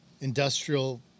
industrial